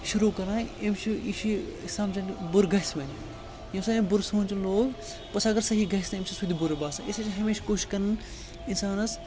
شروٗع کران یِم چھُ یہِ چھُ یہِ سمجھان بُرٕ گژھِ مےٚ ییٚمہِ ساتہٕ أمۍ بُرٕ سونٛچُن لوگ پوٚتُس اَگر صحیح گژھِ تہٕ أمِس چھِ سُہ تہِ بُرٕ باسان اِسلیے چھِنہٕ ہمیشہِ کوٗشِش کَرٕنۍ اِنسانَس